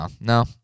no